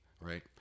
Right